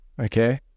okay